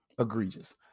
egregious